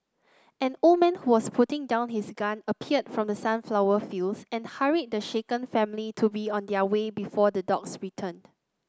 an old man who was putting down his gun appeared from the sunflower fields and hurried the shaken family to be on their way before the dogs return